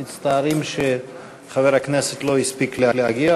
ומצטערים שחבר הכנסת לא הספיק להגיע,